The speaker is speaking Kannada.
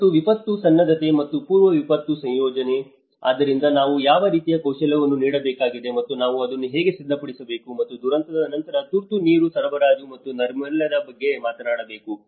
ಮತ್ತು ವಿಪತ್ತು ಸನ್ನದ್ಧತೆ ಮತ್ತು ಪೂರ್ವ ವಿಪತ್ತು ಯೋಜನೆ ಆದ್ದರಿಂದ ನಾವು ಯಾವ ರೀತಿಯ ಕೌಶಲ್ಯಗಳನ್ನು ನೀಡಬೇಕಾಗಿದೆ ಮತ್ತು ನಾವು ಅದನ್ನು ಹೇಗೆ ಸಿದ್ಧಪಡಿಸಬೇಕು ಮತ್ತು ದುರಂತದ ನಂತರ ತುರ್ತು ನೀರು ಸರಬರಾಜು ಮತ್ತು ನೈರ್ಮಲ್ಯದ ಬಗ್ಗೆ ಮಾತನಾಡಬೇಕು